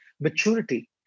maturity